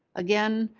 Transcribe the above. again,